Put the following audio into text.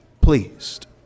pleased